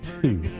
two